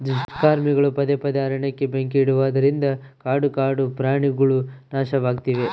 ದುಷ್ಕರ್ಮಿಗಳು ಪದೇ ಪದೇ ಅರಣ್ಯಕ್ಕೆ ಬೆಂಕಿ ಇಡುವುದರಿಂದ ಕಾಡು ಕಾಡುಪ್ರಾಣಿಗುಳು ನಾಶವಾಗ್ತಿವೆ